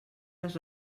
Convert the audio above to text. les